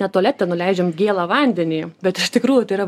net tualete nuleidžiam gėlą vandenį bet iš tikrųjų tai yra